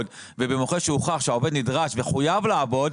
ובמיוחד שהוכח שהעובד נדרש וחויב לעבוד,